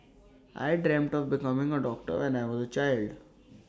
I dreamt of becoming A doctor when I was child